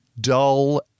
dull